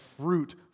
fruit